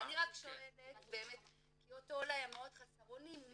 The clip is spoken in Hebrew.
אני רק שואלת כי אותו עולה היה מאוד חסר אונים,